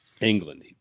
England